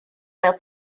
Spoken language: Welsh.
fel